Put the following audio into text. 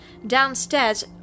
downstairs